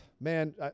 Man